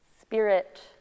spirit